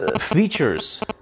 features